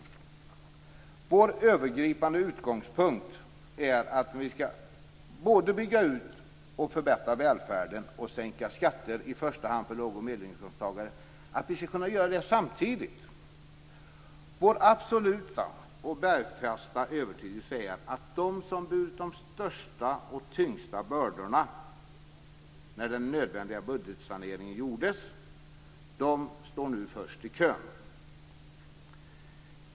Vår övergripande utgångspunkt är att vi både skall bygga ut och förbättra välfärden och sänka skatter, i första hand för låg och medelinkomsttagare. Vi skall kunna göra det samtidigt. Vår absoluta och bergfasta övertygelse är att de som burit de största och tyngsta bördorna när den nödvändiga budgetsaneringen gjordes nu står först i kön.